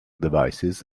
devices